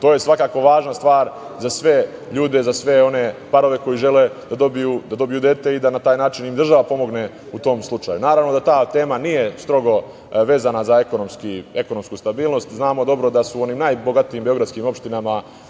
To je svakako važna stvar za sve ljude i parove koji žele da dobiju dete i na taj način im država pomogne u tom slučaju. Naravno da ta tema nije strogo vezana za ekonomsku stabilnost, znamo dobro da su u onim najbogatijim beogradskim opštinama